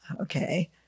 Okay